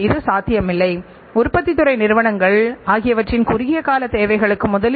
இது கேள்வி மட்டுமல்ல அல்லது நீங்கள் தயாரிப்பின் தரத்தை மேம்படுத்த வேண்டிய தேவையாக இருக்கலாம்